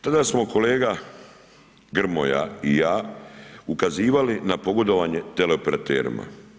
Tada smo kolega Grmoja i ja ukazivali na pogodovanje teleoperaterima.